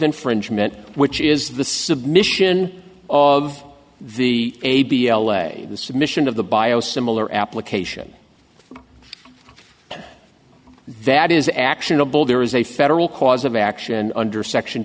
infringement which is the submission of the a b l a submission of the bio similar application that is actionable there is a federal cause of action under section